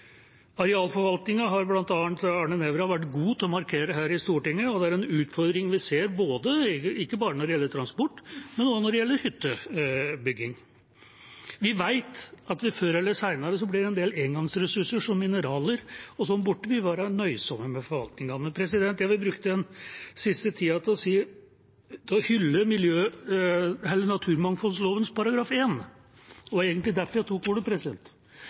har bl.a. Arne Nævra vært god til å markere her i Stortinget. Det er en utfordring vi ser, ikke bare når det gjelder transport, men også når det gjelder hyttebygging. Vi vet at før eller senere blir en del engangsressurser, som mineraler, borte, og vi må være nøysomme med forvaltningen av dem. Jeg vil bruke den siste tida til å hylle naturmangfoldloven § 1. Det var egentlig derfor jeg tok ordet.